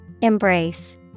Embrace